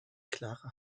klare